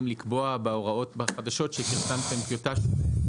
לקבוע בהוראות החדשות שפרסמתם טיוטה שלהם,